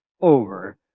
over